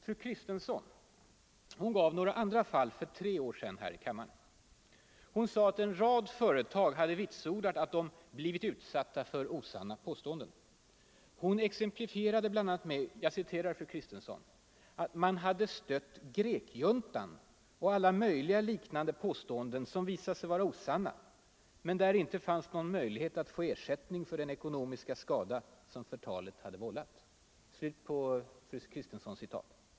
Fru Kristensson gav några andra fall för tre år sedan här i kammaren. Hon sade att en rad företag vitsordat att de ”blivit utsatta för osanna påståenden”. Och hon exemplifierade bl.a. med att ”man hade stött grekjuntan och alla möjliga liknande påståenden som visade sig vara osanna men där det inte fanns någon möjlighet att få ersättning för den ekonomiska skada som förtalet hade vållat”.